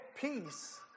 peace